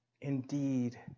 indeed